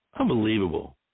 Unbelievable